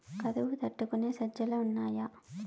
కరువు తట్టుకునే సజ్జలు ఉన్నాయా